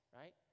right